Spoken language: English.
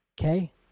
Okay